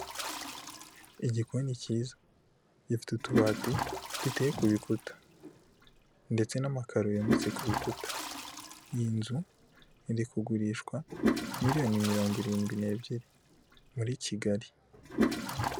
Igikoni cyiza gifite utubati duteye ku bikuta ndetse n'amakaro yometse ku bikuta, iyi nzu iri kugurishwa miliyoni mirongo irindwi n'ebyiri muri Kigali.